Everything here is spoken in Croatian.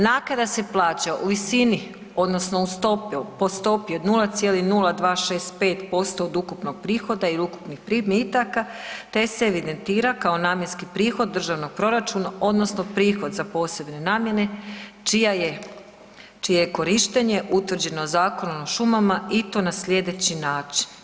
Naknada se plaća u visini odnosno po stopi od 0,0265% od ukupnog prihoda ili ukupnih primitaka te se evidentira kao namjenski prihod državnog proračuna odnosno prihod za posebne namjene čija je, čije je korištenje utvrđeno Zakonom o šumama i to na slijedeći način.